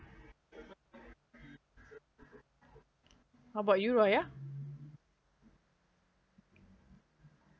how about you raya